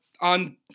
on